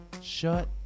Shut